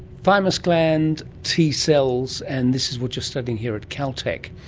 thymus gland, t cells, and this is what you are studying here at caltech,